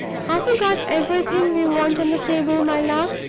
have we got everything we want on the table, my love?